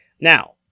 Now